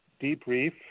debrief